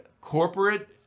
corporate